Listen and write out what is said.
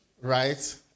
right